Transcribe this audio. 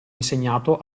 insegnato